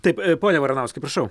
taip pone varanauskai prašau